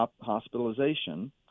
hospitalization